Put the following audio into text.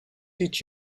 did